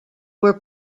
were